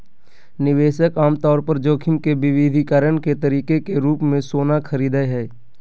निवेशक आमतौर पर जोखिम के विविधीकरण के तरीके के रूप मे सोना खरीदय हय